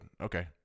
Okay